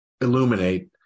illuminate